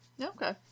Okay